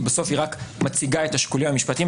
בסוף היא רק מציגה את השיקולים המשפטיים.